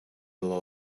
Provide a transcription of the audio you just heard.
lot